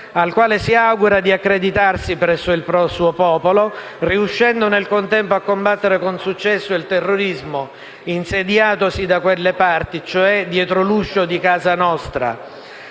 al quale si augura di accreditarsi presto presso il suo popolo, riuscendo nel contempo a combattere con successo il terrorismo insediatosi da quelle parti, cioè dietro l'uscio di casa nostra.